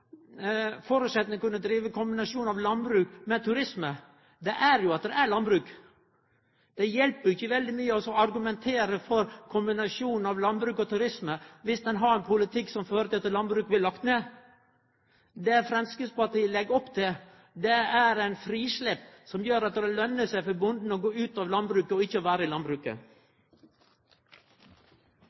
kombinasjon av landbruk og turisme er jo at det er landbruk. Det hjelper ikkje veldig mykje å argumentere for ein kombinasjon av landbruk og turisme dersom ein har ein politikk som fører til at landbruket blir lagt ned. Det Framstegspartiet legg opp til, er eit frislepp som gjer at det lønner seg for bonden å gå ut av landbruket. Interpellanten tar opp et viktig spørsmål. I